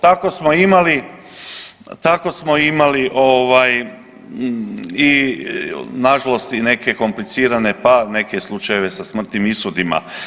Tako smo imali, tako smo imali ovaj i nažalost i neke komplicirane pa neke slučajeve sa smrtnih ishodima.